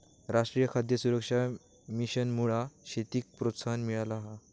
राष्ट्रीय खाद्य सुरक्षा मिशनमुळा शेतीक प्रोत्साहन मिळाला हा